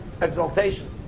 exaltation